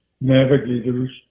navigators